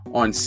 on